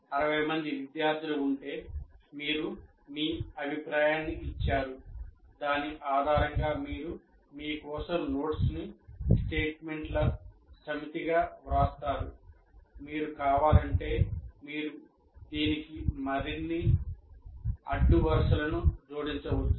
60 మంది విద్యార్థులు ఉంటే వారు మీ అభిప్రాయాన్ని ఇచ్చారు దాని ఆధారంగా మీరు మీ కోసం నోట్స్ను స్టేట్మెంట్ల సమితిగా వ్రాస్తారు మీకు కావాలంటే మీరు దీనికి మరిన్ని అడ్డు వరుసలను జోడించవచ్చు